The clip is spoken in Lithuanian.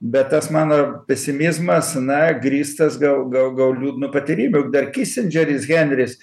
bet tas mano pesimizmas na grįstas gal gal gal liūdnu patyrimu juk dar kisindžeris henris